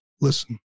Listen